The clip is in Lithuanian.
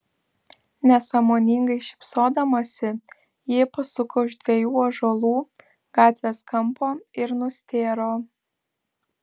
nesąmoningai šypsodamasi ji pasuko už dviejų ąžuolų gatvės kampo ir nustėro